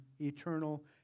eternal